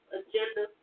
agenda